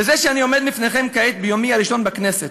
בזה שאני עומד לפניכם כעת ביומי הראשון בכנסת,